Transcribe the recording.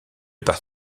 par